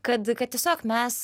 kad kad tiesiog mes